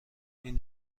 این